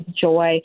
joy